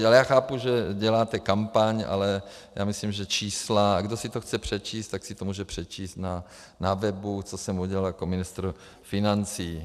Ale chápu, že děláte kampaň, ale myslím, čísla, že kdo si to chce přečíst, tak si to může přečíst na webu, co jsem udělal jako ministr financí.